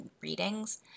readings